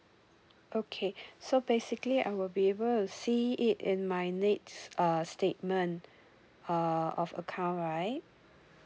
okay so basically I will be able to see it in my next uh statement uh of account right